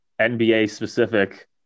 NBA-specific